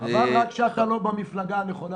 רק חבל שאתה לא במפלגה הנכונה.